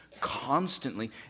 constantly